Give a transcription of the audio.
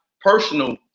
personal